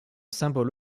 symbole